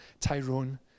Tyrone